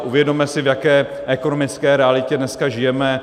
Uvědomme si, v jaké ekonomické realitě dneska žijeme.